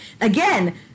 again